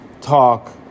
talk